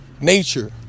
Nature